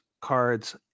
cards